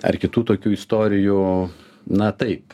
ar kitų tokių istorijų na taip